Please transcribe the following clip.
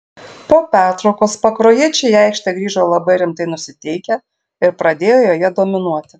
po pertraukos pakruojiečiai į aikštę grįžo labai rimtai nusiteikę ir pradėjo joje dominuoti